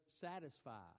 satisfied